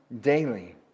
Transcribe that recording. daily